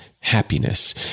happiness